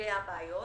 סוגי הבעיות.